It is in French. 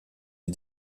des